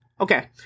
Okay